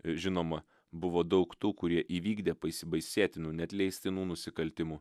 žinoma buvo daug tų kurie įvykdė pasibaisėtinų neatleistinų nusikaltimų